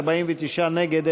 49 נגד,